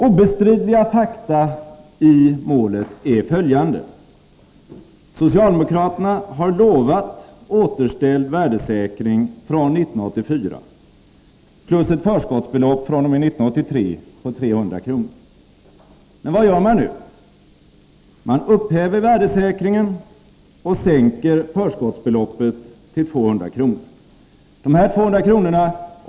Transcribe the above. Obestridliga fakta i målet är följande: Socialdemokraterna har lovat återställd värdesäkring av pensionerna från 1984 plus ett förskottsbelopp fr.o.m. 1983 på 300 kr. Men vad gör man nu? Jo, man upphäver värdesäkringen och sänker förskottsbeloppet till 200 kr. Dessa 200 kr.